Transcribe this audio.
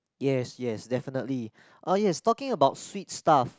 yes yes definitely ah yes talking about sweet stuff